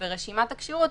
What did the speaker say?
ברשימת הכשירות,